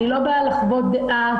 אני לא באה לחוות דעת,